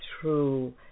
true